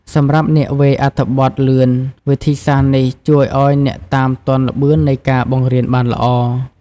សម្រាប់អ្នកវាយអត្ថបទលឿន វិធីសាស្ត្រនេះជួយឲ្យតាមទាន់ល្បឿននៃការបង្រៀនបានល្អ។